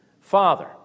father